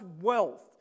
wealth